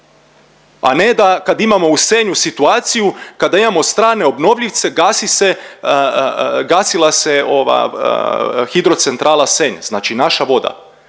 A ne da kad imamo u Senju situaciju kada imamo strane obnovljivce gasi se, gasila se Hidrocentrala Senj znači naša voda.